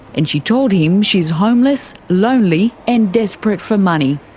and she told him she's homeless, lonely and desperate for money.